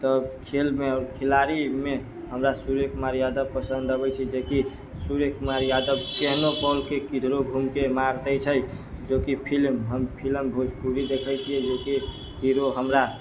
तऽ खेल मे आओर खेलाड़ी मे हमरा सूर्य कुमार यादव पसन्द अबै छै जेकि सूर्य कुमार यादव केहनो बॉल के किधरो घुम के मार दै छै जो कि फिल्म हम फिलम भोजपुरी देखै छियै जेकि हीरो हमरा